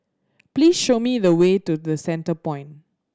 please show me the way to The Centrepoint